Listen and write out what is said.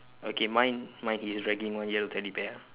okay mine mine he is dragging one yellow teddy bear ah